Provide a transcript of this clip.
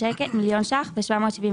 צריך להיות נוהל.